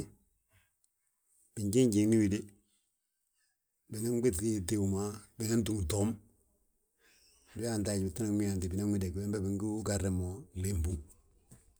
Binjiŋjiŋni wéde, binan ɓéŧi tiw ma, binan túm toom, ndi we yaanti haj, binan wi yaantí bina wi dagí, wembe binguu garde mo glee gbuŋ.